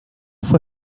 fue